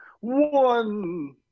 one